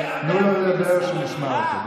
תנו לו לדבר שנשמע אותו.